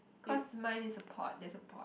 cause mine is a pot there's a pot